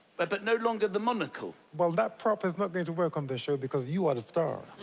but but no longer the monocle? well, that prop is not going to work on this show because you are the star.